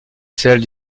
celle